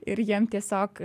ir jiem tiesiog